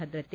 ಭದ್ರತೆ